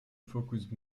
focused